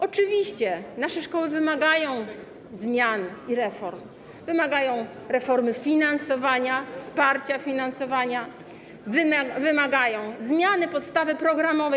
Oczywiście nasze szkoły wymagają zmian i reform, wymagają reformy finansowania, wsparcia finansowania, wymagają zmiany podstawy programowej.